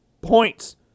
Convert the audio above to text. points